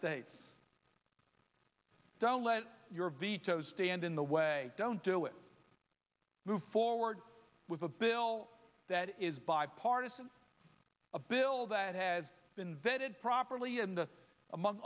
states don't let your vetoes stand in the way don't do it move forward with a bill that is bipartisan a bill that has been vetted properly in the among